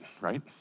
right